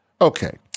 Okay